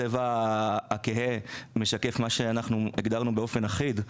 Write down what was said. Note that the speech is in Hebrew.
הצבע הכהה משקף את מה שהגדרנו באופן אחיד.